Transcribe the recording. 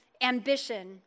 ambition